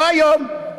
לא היום,